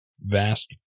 vast